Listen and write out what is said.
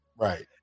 Right